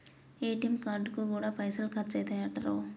ATM కార్డుకు గూడా పైసలు ఖర్చయితయటరో